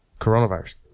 Coronavirus